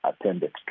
attended